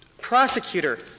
prosecutor